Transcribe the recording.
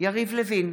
יריב לוין,